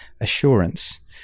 assurance